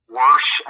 worse